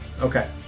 Okay